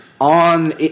on